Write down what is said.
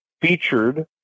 featured